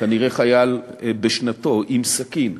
כנראה חייל בשנתו, בסכין,